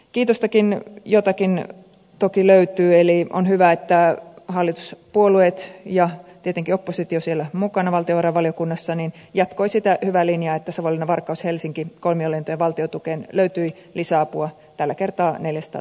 kiitostakin jotakin toki löytyy eli on hyvä että hallituspuolueet ja tietenkin oppositio siellä mukana valtionvarainvaliokunnassa jatkoivat sitä hyvää linjaa että savonlinnavarkaushelsinki kolmion lentojen valtiontukeen löytyi lisäapua tällä kertaa neljästä